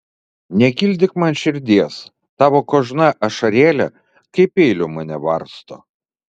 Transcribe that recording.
negildyk man širdies tavo kožna ašarėlė kaip peiliu mane varsto